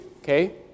okay